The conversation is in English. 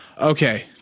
okay